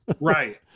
Right